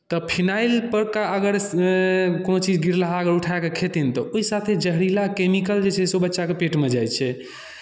तऽ फिनाइल पड़का अगर कोनो चीज गिरलहा अगर उठा कऽ खेथिन तऽ ओहि साथे जहरीला कैमिकल जे छै से ओ बच्चाके पेटमे जाइ छै